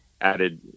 added